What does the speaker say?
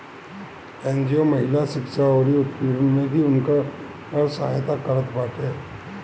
NGO महिला शिक्षा अउरी उत्पीड़न में भी उनकर सहायता करत बाटे